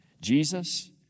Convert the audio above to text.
Jesus